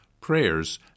prayers